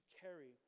carry